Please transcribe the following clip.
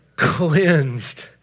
cleansed